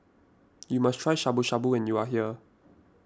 you must try Shabu Shabu when you are here